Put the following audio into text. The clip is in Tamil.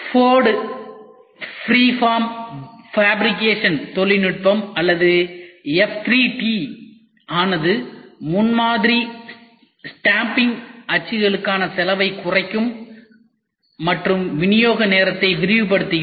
ஃபோர்டு ஃப்ரீஃபார்ம் ஃபேப்ரிகேஷன் தொழில்நுட்பம் அல்லது F3T ஆனது முன்மாதிரி ஸ்டாம்பிங் அச்சுகளுக்கான செலவைக் குறைக்கும் மற்றும் விநியோக நேரத்தை விரைவுபடுத்துகிறது